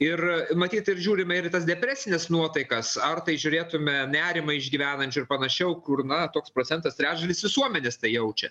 ir matyt ir žiūrime ir į tas depresines nuotaikas ar tai žiūrėtume nerimą išgyvenančių ir panašiau kur na toks procentas trečdalis visuomenės tai jaučia